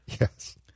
Yes